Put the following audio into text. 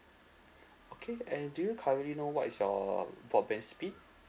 okay and do you currently know what is your broadband speed